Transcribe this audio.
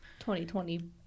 2020